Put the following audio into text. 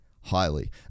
highly